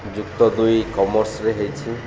ଯୁକ୍ତ ଦୁଇ କମର୍ସରେ ହେଇଛି